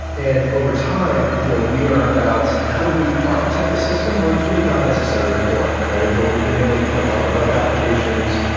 and overtime, you know we are about how do we architect the system where it's really not necessary to fork, right? where we've been able to put like our web applications,